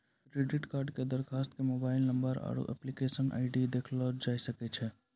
credit कार्डो के दरखास्त के मोबाइल नंबर आरु एप्लीकेशन आई.डी से देखलो जाय सकै छै